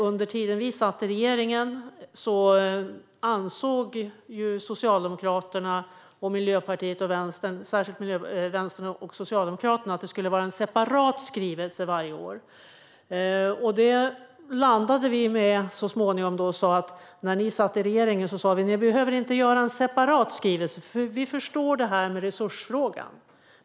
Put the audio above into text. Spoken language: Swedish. Under den tid vi satt i regering ansåg särskilt Vänsterpartiet och Socialdemokraterna att det skulle vara en separat skrivelse varje år. Det landade vi med så småningom men sa när ni sedan satt i regeringen att ni behöver inte göra en separat skrivelse, för vi förstår det här med resursfrågan.